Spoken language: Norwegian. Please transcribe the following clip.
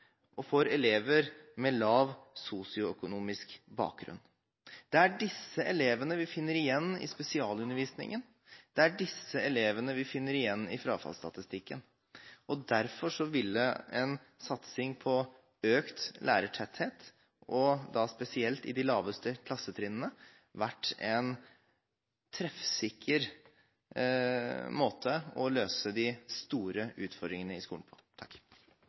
og for elever med lav sosioøkonomisk bakgrunn. Det er disse elevene vi finner igjen i spesialundervisningen, og det er disse elevene vi finner igjen i frafallsstatistikken. Derfor ville en satsing på økt lærertetthet, og da spesielt på de laveste klassetrinnene, vært en treffsikker måte å løse de store utfordringene i skolen på.